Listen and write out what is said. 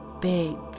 big